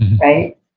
right